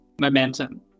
momentum